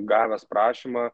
gavęs prašymą